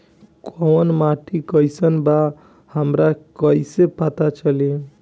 कोउन माटी कई सन बा हमरा कई से पता चली?